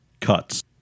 cuts